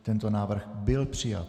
Tento návrh byl přijat.